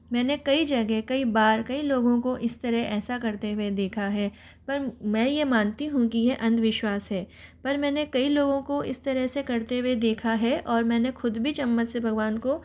मैंने कई जगह कई बार कई लोगों को इस तरह ऐसा करते हुए देखा है पर मैं ये मानती हूँ कि ये अंधविश्वास है पर मैंने कई लोगों को इस तरह से करते हुए देखा है और मैंने खुद भी चम्मच से भगवान को